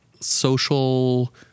social